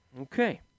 okay